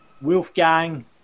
Wolfgang